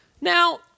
Now